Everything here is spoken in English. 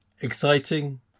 Exciting